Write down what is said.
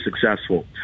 successful